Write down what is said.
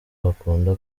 bakunda